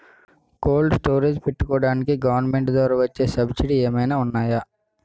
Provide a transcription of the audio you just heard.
Cold storage పెట్టుకోడానికి government ద్వారా వచ్చే సబ్సిడీ ఏమైనా ఉన్నాయా?